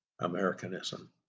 Americanism